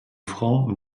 francs